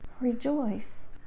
rejoice